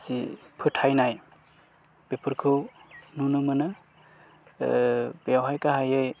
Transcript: जि फोथायनाय बेफोरखौ नुनो मोनो बेयावहाय गाहायै